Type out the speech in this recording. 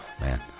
man